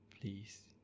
please